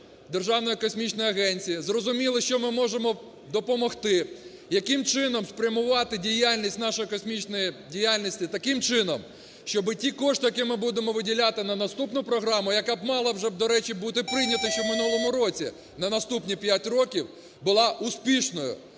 Державної космічної агенції, зрозуміли, що ми можемо допомогти, яким чином спрямувати діяльність нашої космічної діяльності таким чином, щоб ті кошти, які ми будемо виділяти на наступну програму, яка б мала вже, до речі, бути прийнята ще в минулому році на наступні п'ять років, була успішною